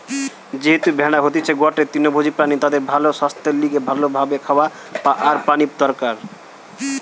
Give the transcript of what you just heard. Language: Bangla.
যেহেতু ভেড়া হতিছে গটে তৃণভোজী প্রাণী তাদের ভালো সাস্থের লিগে ভালো ভাবে খাওয়া আর পানি দরকার